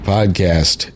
Podcast